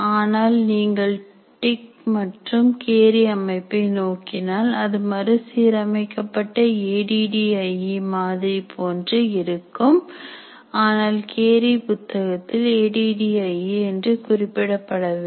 ஆனால் நீங்கள் டிக் மற்றும் கேரி அமைப்பை நோக்கினால் அது மறுசீரமைக்கப்பட்ட A D D I E மாதிரி போன்று இருக்கும் ஆனால் கேரி புத்தகத்தில் A D D I E என்று குறிப்பிடப்படவில்லை